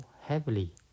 heavily